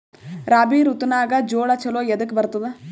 ರಾಬಿ ಋತುನಾಗ್ ಜೋಳ ಚಲೋ ಎದಕ ಬರತದ?